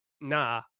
nah